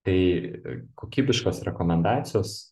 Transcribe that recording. tai kokybiškos rekomendacijos